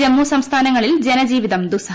ജമ്മു സംസ്ഥാനങ്ങളിൽ ജനജീവിതം ദുസ്സഹമായി